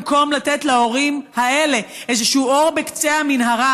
במקום לתת להורים האלה איזשהו אור בקצה המנהרה,